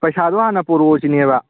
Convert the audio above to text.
ꯄꯩꯁꯥꯗꯣ ꯍꯥꯟꯅ ꯄꯣꯔꯣꯛꯑꯣ ꯁꯤꯅꯦꯕ